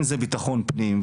אם זה במשרד לבטחון פנים,